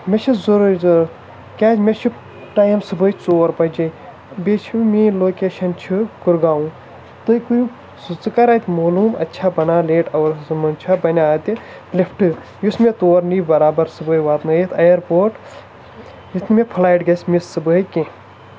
مےٚ چھِ ضروٗری ضروٗرت کیٛازِ مےٚ چھُ ٹایم صُبحٲے ژور بجے بیٚیہِ چھِ میٛٲنۍ لوکیشَن چھِ کُرگاوُن تُہۍ کٔرِو ژٕ کَر اَتہِ مولوٗم اَتہِ چھا بَنان لیٹ اَوٲرسن منٛز چھا بَنیٛا اَتہِ لِفٹہٕ یُس مےٚ تور نِیہِ برابر صُبحٲے واتنٲوِتھ اَیَرپورٹ یُتھ نہٕ مےٚ فُلایٹ گژھِ مِس صُبحٲے کیٚنٛہہ